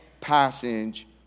passage